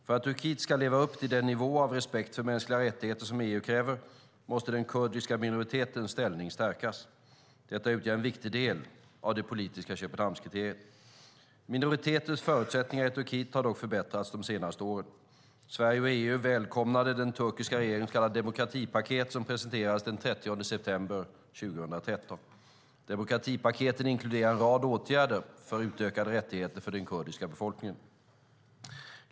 För att Turkiet ska leva upp till den nivå av respekt för mänskliga rättigheter som EU kräver måste den kurdiska minoritetens ställning stärkas. Detta utgör en viktig del av det politiska Köpenhamnskriteriet. Minoriteters förutsättningar i Turkiet har dock förbättrats de senaste åren. Sverige och EU välkomnade den turkiska regeringens så kallade demokratipaket som presenterades den 30 september 2013. Demokratipaketet inkluderade en rad åtgärder för utökade rättigheter för den kurdiska befolkningen.